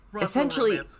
Essentially